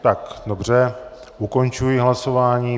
Tak dobře, ukončuji hlasování.